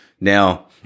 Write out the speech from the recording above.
Now